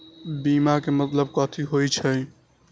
बीमा के मतलब कथी होई छई?